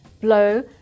blow